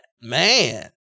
man